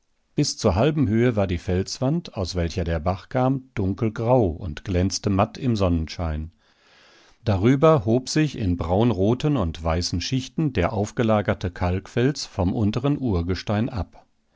bis zur halben höhe war die felswand aus welcher der bach kam dunkelgrau und glänzte matt im sonnenschein darüber hob sich in braunroten und weißen schichten der aufgelagerte kalkfels vom unteren urgestein ab